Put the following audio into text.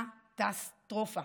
קטסטרופה.